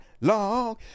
long